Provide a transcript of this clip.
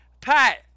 Pat